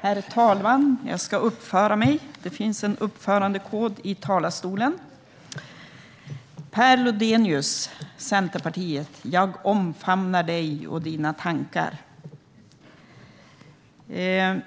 Herr talman! Per Lodenius från Centerpartiet! Jag omfamnar dig och dina tankar. Men